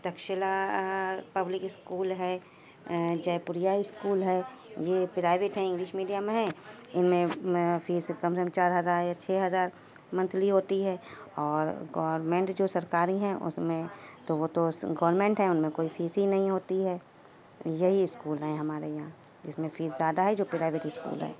Taxila public school ہے Jaipuria school ہے یہ پرائیویٹ ہیں انگلش میڈیم ہیں ان میں فیس کم سے کم چار ہزار یا چھ ہزار منتھلی ہوتی ہے اور گورنمنٹ جو سرکاری ہیں اس میں تو وہ تو گورنمنٹ ہیں ان میں کوئی فیس ہی نہیں ہوتی ہے یہی اسکول ہیں ہمارے یہاں جس میں فیس زیادہ ہے جو پرائیویٹ اسکول ہے